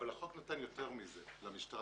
אבל החוק נותן יותר מזה למשטרה,